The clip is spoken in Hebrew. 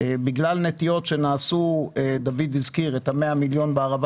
בגלל נטיעות שנעשו דוד הזכיר את ה-100 מיליון שקל בערבה